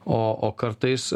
o o kartais